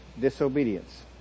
disobedience